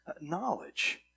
knowledge